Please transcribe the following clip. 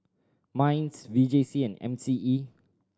MINDS V J C and M C E